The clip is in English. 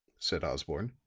said osborne.